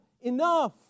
enough